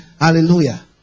Hallelujah